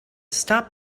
stop